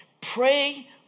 Pray